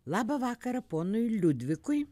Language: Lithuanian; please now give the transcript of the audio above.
labą vakarą ponui liudvikui